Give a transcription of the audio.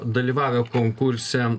dalyvavę konkurse